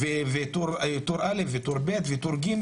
וטור א' וטור ב' וטור ג',